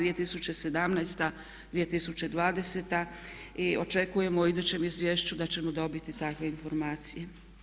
2020. i očekujemo u idućem izvješću da ćemo dobiti takve informacije.